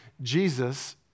Jesus